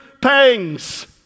pangs